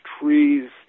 trees